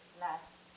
last